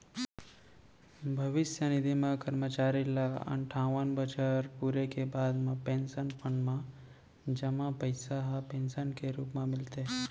भविस्य निधि म करमचारी ल अनठावन बछर पूरे के बाद म पेंसन फंड म जमा पइसा ह पेंसन के रूप म मिलथे